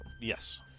Yes